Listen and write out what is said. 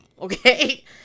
Okay